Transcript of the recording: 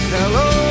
hello